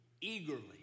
eagerly